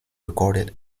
recorded